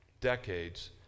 decades